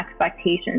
expectations